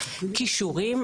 קישורים.